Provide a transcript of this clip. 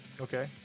Okay